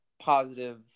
positive